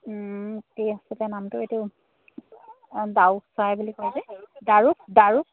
কি আছিলে নামটো এইটো ডাউক চৰাই বুলি কয় ডাউক ডাউক